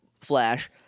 Flash